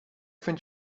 vindt